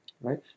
right